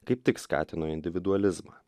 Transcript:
kaip tik skatino individualizmą